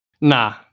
nah